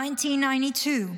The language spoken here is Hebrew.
1992,